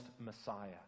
Messiah